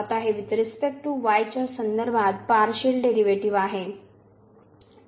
आता हे with respect to y च्या संदर्भात पार्शिअल डेरिव्हेटिव्ह आहे